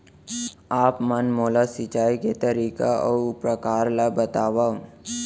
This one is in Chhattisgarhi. आप मन मोला सिंचाई के तरीका अऊ प्रकार ल बतावव?